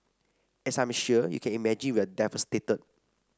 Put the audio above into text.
as I'm sure you can imagine we are devastated